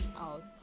out